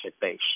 base